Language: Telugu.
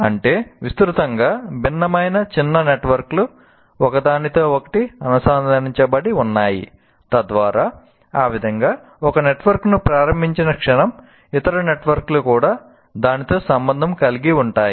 అంటే విస్తృతంగా భిన్నమైన చిన్న నెట్వర్క్లు ఒకదానితో ఒకటి అనుసంధానించబడి ఉన్నాయి తద్వారా ఆ విధంగా ఒక నెట్వర్క్ ను ప్రారంభించిన క్షణం ఇతర నెట్వర్క్ లు కూడా దానితో సంబంధం కలిగి ఉంటాయి